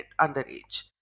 underage